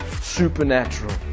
supernatural